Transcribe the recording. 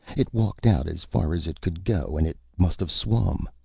it walked out as far as it could go and it must have swum.